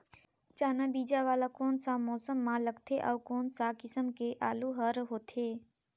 चाना बीजा वाला कोन सा मौसम म लगथे अउ कोन सा किसम के आलू हर होथे?